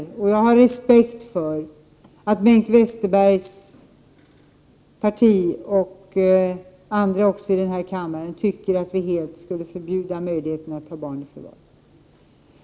Jag har respekt för att Bengt Westerberg och hans parti och även andra i den här kammaren tycker att vi helt skulle förbjuda att ta barn i försvar.